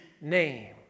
name